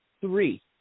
three